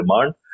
demand